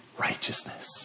Righteousness